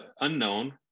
unknown